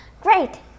Great